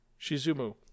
Shizumu